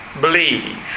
believe